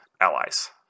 allies